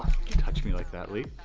touch me like that lee,